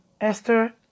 Esther